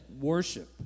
worship